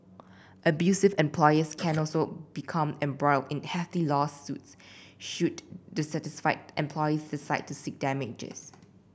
abusive employers can also become embroiled in hefty lawsuits should dissatisfied employees decide to seek damages